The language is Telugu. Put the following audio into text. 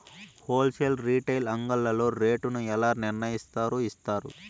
హోల్ సేల్ రీటైల్ అంగడ్లలో రేటు ను ఎలా నిర్ణయిస్తారు యిస్తారు?